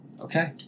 Okay